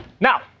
Now